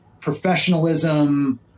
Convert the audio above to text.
professionalism